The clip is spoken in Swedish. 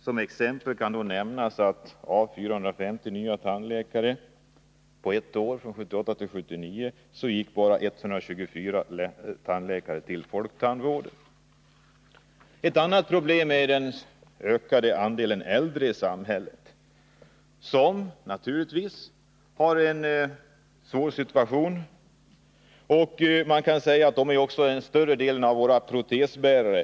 Som ett exempel kan nämnas att av 450 nya tandläkare gick på ett år, från 1978 till 1979, bara 124 till folktandvården. Ett annat problem är den ökade andelen äldre i samhället. De har naturligtvis en svår situation. Där finns också större delen av våra protesbärare.